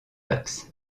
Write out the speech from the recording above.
axes